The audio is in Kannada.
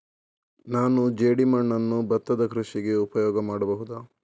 ನಾನು ಜೇಡಿಮಣ್ಣನ್ನು ಭತ್ತದ ಕೃಷಿಗೆ ಉಪಯೋಗ ಮಾಡಬಹುದಾ?